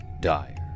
dire